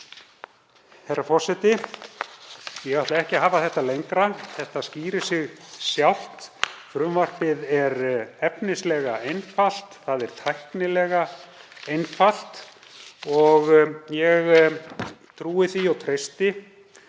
Herra forseti. Ég ætla ekki að hafa þetta lengra, þetta skýrir sig sjálft. Frumvarpið er efnislega einfalt. Það er tæknilega einfalt. Ég trúi því og treysti